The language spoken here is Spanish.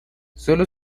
sólo